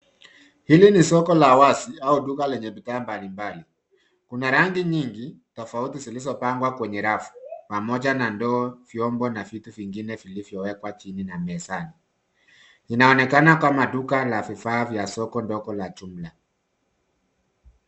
Hili ni soko la wazi au duka lenye bidhaa mbalimbali. Kuna rangi nyingi tofauti zilizopangwa kwenye rafu pamoja na ndoo, vyombo na vitu vingine vilivyowekwa chini na mezani. Inaonekana kama duka la vifaa vya soko dogo la jumla.